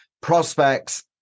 Prospects